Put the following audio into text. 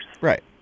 right